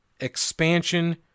expansion